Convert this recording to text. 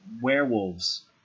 werewolves